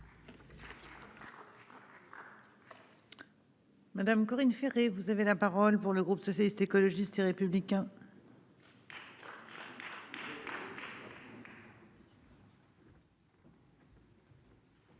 Madame Corinne Féret, vous avez la parole pour le groupe socialiste, écologiste et républicain. Madame